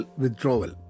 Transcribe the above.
withdrawal